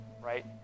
right